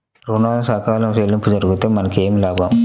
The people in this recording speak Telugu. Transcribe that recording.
ఋణాలు సకాలంలో చెల్లింపు జరిగితే మనకు ఏమి లాభం?